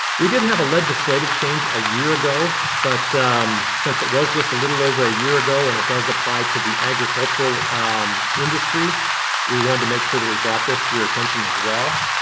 we did have a legislative change a year ago but since it was just a little over a year ago and it does apply to the agricultural industry we wanted to make sure that we brought this to your attention as well.